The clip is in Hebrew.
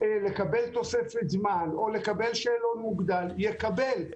לקבל תוספת זמן או לקבל שאלון מוגדל, יקבל את זה.